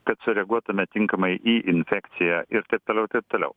kad sureaguotume tinkamai į infekciją ir taip toliau ir taip toliau